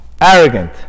arrogant